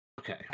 okay